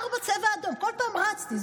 ארבעה "צבע אדום", כל פעם רצתי.